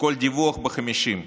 כל דיווח ב-50.